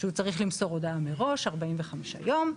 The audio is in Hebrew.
שהוא צריך למסור הודעה מראש 45 יום.